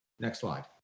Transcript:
next slide.